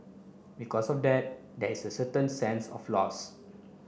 because of that there is a certain sense of loss